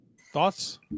thoughts